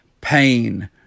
pain